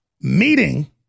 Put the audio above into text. meeting